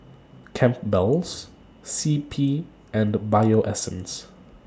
Campbell's C P and The Bio Essence